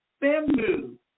bamboo